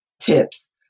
tips